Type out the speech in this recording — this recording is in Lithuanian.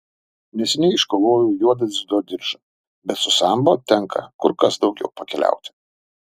neseniai iškovojau juodą dziudo diržą bet su sambo tenka kur kas daugiau pakeliauti